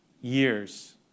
years